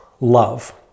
love